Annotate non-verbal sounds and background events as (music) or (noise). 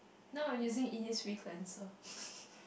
now I'm using Innisfree cleanser (laughs)